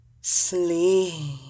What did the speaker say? sleep